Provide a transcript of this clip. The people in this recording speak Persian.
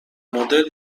نودل